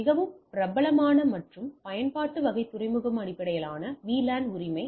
மிகவும் பிரபலமான மற்றும் பயன்பாட்டு வகை துறைமுக அடிப்படையிலான VLAN உரிமை